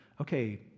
Okay